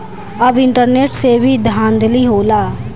अब इंटरनेट से भी धांधली होता